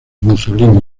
mussolini